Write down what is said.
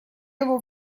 его